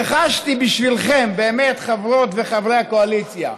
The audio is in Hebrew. וחשתי בשבילכם, באמת, חברות וחברי הקואליציה,